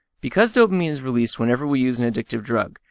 because dopamine is released whenever we use an addictive drug,